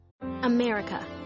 America